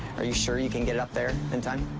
are you sure you can get up there in time?